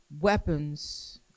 weapons